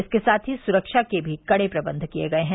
इसके साथ ही सुरक्षा के भी कड़े प्रबन्ध किए गए हैं